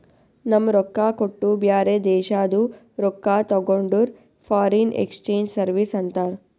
ನಮ್ ರೊಕ್ಕಾ ಕೊಟ್ಟು ಬ್ಯಾರೆ ದೇಶಾದು ರೊಕ್ಕಾ ತಗೊಂಡುರ್ ಫಾರಿನ್ ಎಕ್ಸ್ಚೇಂಜ್ ಸರ್ವೀಸ್ ಅಂತಾರ್